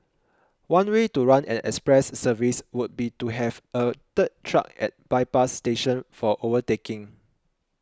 one way to run an express service would be to have a third track at bypass stations for overtaking